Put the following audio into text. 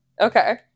okay